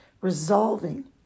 resolving